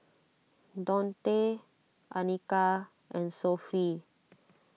Daunte Anika and Sophie